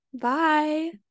Bye